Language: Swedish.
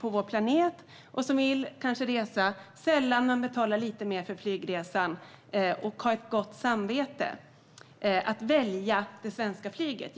vår planet måste överleva men vill resa - de kanske reser sällan men är beredda att betala lite mer för flygresan för att på så sätt få ett gott samvete - att välja det svenska flyget.